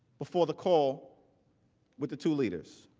before the call with the two leaders.